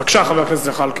בבקשה, חבר הכנסת ג'מאל זחאלקה.